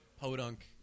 podunk